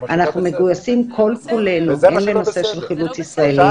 אנחנו מגויסים כל כולנו הן לנושא של חילוץ ישראלים,